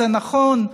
זה נכון,